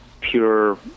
pure